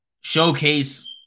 showcase